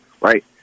right